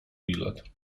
bilet